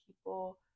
people